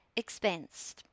expensed